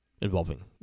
Involving